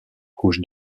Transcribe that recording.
couches